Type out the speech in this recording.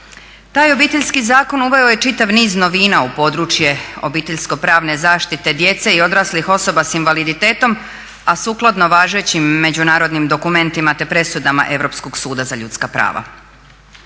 Taj Obiteljski zakon uveo je čitav niz novina u područje obiteljsko pravne zaštite djece i odraslih osoba sa invaliditetom a sukladno važećim međunarodnim dokumentima te presudama Europskog suda za ljudska prava.